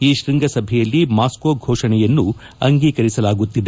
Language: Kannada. ಈ ಶ್ವಂಗಸಭೆಯಲ್ಲಿ ಮಾಸ್ಕೊ ಘೋಷಣೆಯನ್ನು ಅಂಗೀಕರಿಸಲಾಗುತ್ತಿದೆ